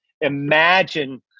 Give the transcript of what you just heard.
imagine